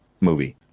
movie